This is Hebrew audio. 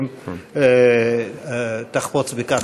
אם תחפוץ בכך.